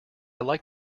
like